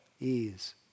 ease